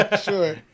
Sure